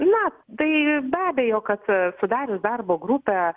na tai be abejo kad sudarius darbo grupę